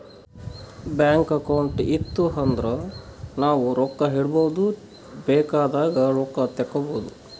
bank account ಇತ್ತು ಅಂದುರ್ ನಾವು ರೊಕ್ಕಾ ಇಡ್ಬೋದ್ ಬೇಕ್ ಆದಾಗ್ ರೊಕ್ಕಾ ತೇಕ್ಕೋಬೋದು